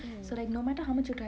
mm